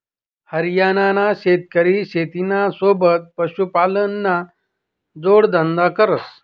हरियाणाना शेतकरी शेतीना सोबत पशुपालनना जोडधंदा करस